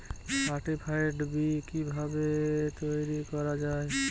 Certified B কিভাবে তৈরি করা যায়?